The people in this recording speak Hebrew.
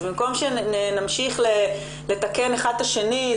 אז במקום שנמשיך לתקן אחד את השני,